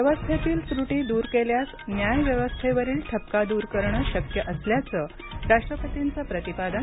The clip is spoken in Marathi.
व्यवस्थेतील त्रुटी दूर केल्यास न्याय व्यवस्थेवरील ठपका दूर करणं शक्य असल्याचं राष्ट्रपतींचं प्रतिपादन